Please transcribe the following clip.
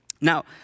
Now